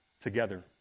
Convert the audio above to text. together